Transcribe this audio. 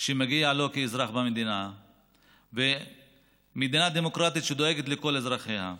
שמגיע לו כאזרח במדינה דמוקרטית שדואגת לכל אזרחיה.